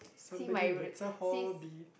somebody needs a hobby